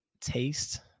taste